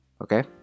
Okay